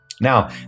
Now